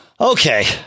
okay